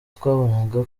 twabonaga